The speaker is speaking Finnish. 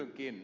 kysynkin